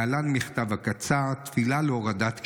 להלן המכתב הקצר: תפילה להורדת גשמים,